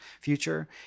future